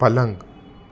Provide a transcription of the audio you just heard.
पलंग